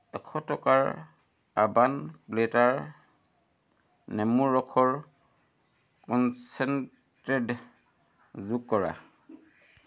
এশ টকাৰ আৰবান প্লেটাৰ নেমুৰ ৰসৰ কনচেনট্ৰেড যোগ কৰা